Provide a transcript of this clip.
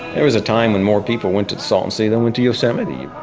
there was a time when more people went to the salton sea, then went to yosemite